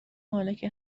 مالک